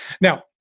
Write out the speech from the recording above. Now